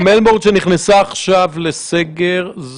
שמלבורן שנכנסה עכשיו לסגר,